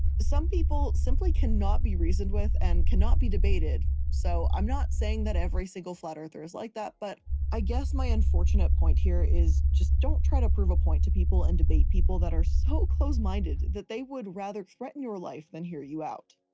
some people simply cannot cannot be reasoned with and cannot be debated, so i'm not saying that every single flat-earther's like that but i guess my unfortunate point here is just don't try to prove a point to people and debate people that are so close-minded that they would rather threaten your life than hear you out.